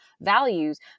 values